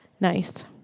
Nice